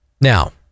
now